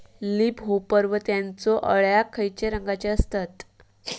Leaf hopper व त्यानचो अळ्या खैचे रंगाचे असतत?